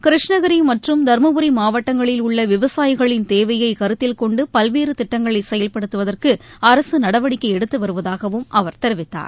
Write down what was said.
கிருஷ்ணகிரி மற்றும் தருமபுரி மாவட்டங்களில் உள்ள விவசாயிகளின் தேவையை கருத்தில் கொண்டு பல்வேறு திட்டங்களை செயல்படுத்துவதற்கு அரசு நடவடிக்கை எடுத்து வருவதாகவும் அவர் தெரிவித்தார்